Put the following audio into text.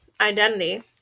identity